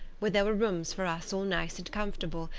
where there were rooms for us all nice and comfortable,